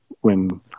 when-